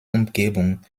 umgebung